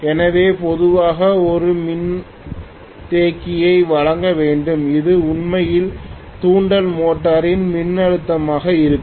எனவே பொதுவாக ஒரு மின்தேக்கியை வழங்க வேண்டும் இது உண்மையில் தூண்டல் மோட்டரின் மின்னழுத்தமாக இருக்கும்